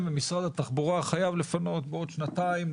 ומשרד התחבורה חייב לפנות בעוד שנתיים,